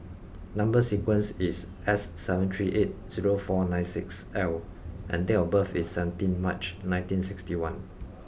number sequence is S seven three eight zero four nine six L and date of birth is seventeenth March nineteen sixty one